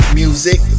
music